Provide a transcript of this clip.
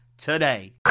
Today